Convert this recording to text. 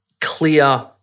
clear